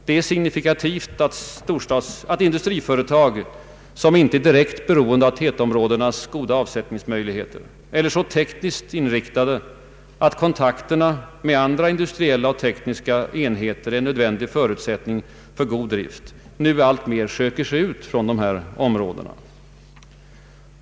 Det är signifikativt att industriföretag, som inte är direkt beroende av tätortsområdenas goda avsättningsmöjligheter eller så tekniskt inriktade att kontakterna med andra industriella och tekniska enheter är en nödvändig förutsättning för god drift, nu alltmer söker sig ut från dessa områden.